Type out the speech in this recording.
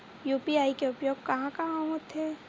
UPI के उपयोग कहां कहा होथे?